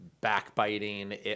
backbiting